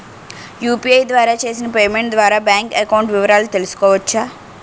UPI ద్వారా చేసిన payment ద్వారా బ్యాంక్ అకౌంట్ వివరాలు తెలుసుకోవచ్చ?